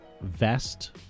vest